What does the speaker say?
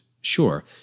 sure